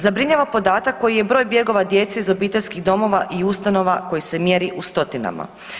Zabrinjava podatak koji je broj bjegova djece iz obiteljskih domova i ustanova koji se mjeri u stotinama.